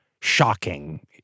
shocking